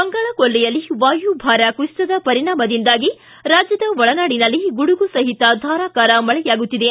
ಬಂಗಾಳಕೊಳ್ಲಿಯಲ್ಲಿ ವಾಯುಭಾರ ಕುಸಿತದ ಪರಿಣಾಮದಿಂದಾಗಿ ರಾಜ್ಯದ ಒಳನಾಡಿನಲ್ಲಿ ಗುಡುಗು ಸಹಿತ ಧಾರಾಕಾರ ಮಳೆಯಾಗುತ್ತಿದೆ